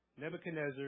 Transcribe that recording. Nebuchadnezzar